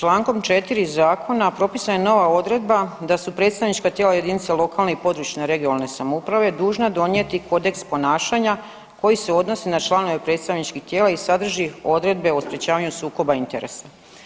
Kolega Ivanović, čl. 4. Zakona propisana je nova odredba da su predstavnička tijela jedinice lokalne, područne (regionalne) samouprave dužna donijeti kodeks ponašanja koji se odnosi na članove predstavničkih tijela i sadrži odredbe o sprječavanju sukoba interesa.